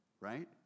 right